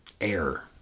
air